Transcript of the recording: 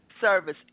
service